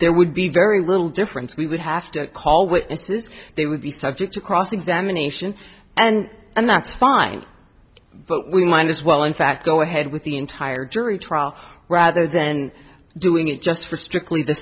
there would be very little difference we would have to call witnesses they would be subject to cross examination and and that's fine but we might as well in fact go ahead with the entire jury trial rather than doing it just for strictly the